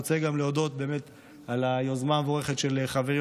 אני רוצה גם להודות באמת על היוזמה המבורכת של חברי